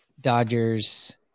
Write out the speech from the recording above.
Dodgers